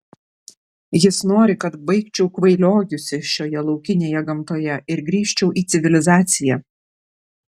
jis nori kad baigčiau kvailiojusi šioje laukinėje gamtoje ir grįžčiau į civilizaciją